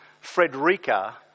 Frederica